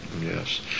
Yes